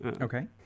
Okay